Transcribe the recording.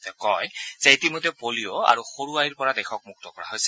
তেওঁ কয় যে ইতিমধ্যে পলিঅ' আৰু সৰু আইৰ পৰা দেশক মুক্ত কৰা হৈছে